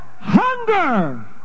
hunger